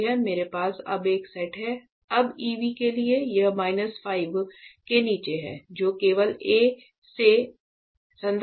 मेरे पास अब एक सेट है अब EV के लिए हम माइनस 5 से नीचे हैं जैसे केवल a से